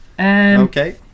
Okay